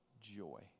Joy